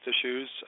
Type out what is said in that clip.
issues